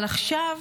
אבל עכשיו